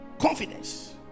confidence